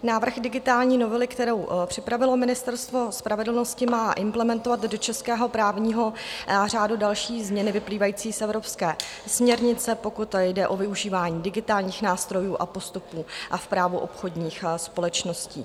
Návrh digitální novely, kterou připravilo Ministerstvo spravedlnosti, má implementovat do českého právního řádu další změny vyplývající z evropské směrnice, pokud jde o využívání digitálních nástrojů a postupů a v právu obchodních společností.